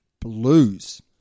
Blues